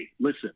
listen